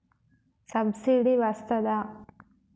Subsidy వస్తదా?